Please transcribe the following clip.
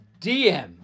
DM